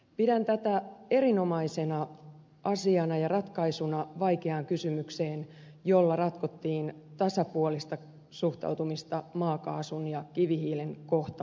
pidän tätä erinomaisena asiana ja ratkaisuna vaikeaan kysymykseen jolla ratkottiin tasapuolista suhtautumista maakaasun ja kivihiilen kohtaloon